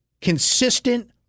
consistent